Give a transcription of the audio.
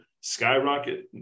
skyrocket